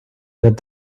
that